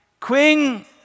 Queen